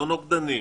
לא נוגדנים,